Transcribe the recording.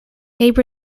abe